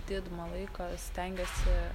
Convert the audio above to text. didumą laiko stengiuosi